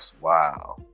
Wow